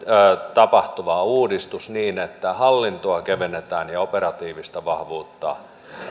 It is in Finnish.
tapahtuva uudistus niin että hallintoa kevennetään ja operatiivista vahvuutta